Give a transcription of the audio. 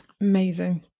Amazing